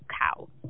cow